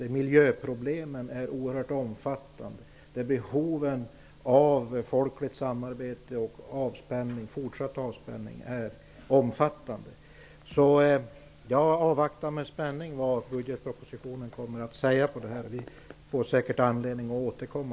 Men miljöproblemen är omfattande, och behoven av ett folkligt samarbete och fortsatt avspänning är stora. Jag avvaktar med spänning vad budgetpropositionen kommer att innehålla i detta avseende. Vi får säkert tillfälle att återkomma.